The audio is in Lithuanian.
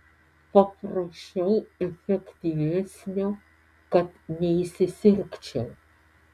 paprašiau efektyvesnio kad neįsisirgčiau